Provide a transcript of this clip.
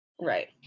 Right